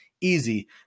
easy